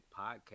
podcast